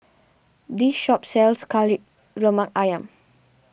this shop sells Kari Lemak Ayam